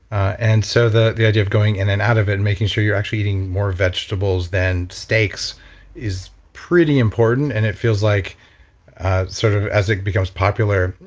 and so the the idea of going in and out of it and making sure you're actually eating more vegetables than steaks is pretty important and it feels like sort of as it becomes popular,